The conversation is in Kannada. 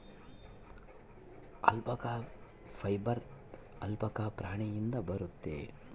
ಅಲ್ಪಕ ಫೈಬರ್ ಆಲ್ಪಕ ಪ್ರಾಣಿಯಿಂದ ಬರುತ್ತೆ